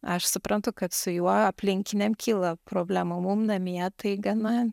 aš suprantu kad su juo aplinkiniam kyla problemų mum namie tai gana